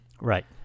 Right